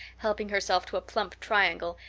helping herself to a plump triangle,